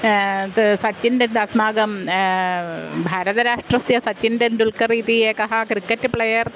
सचिन् डेन् अस्माकं भारतराष्ट्रस्य सचिन् तेण्डुल्कर् इति एकः क्रिकेट् प्लेयर्